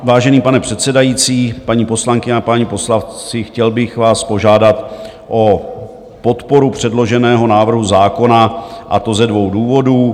Vážený pane předsedající, paní poslankyně a páni poslanci, chtěl bych vás požádat o podporu předloženého návrhu zákona, a to ze dvou důvodů.